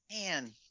Man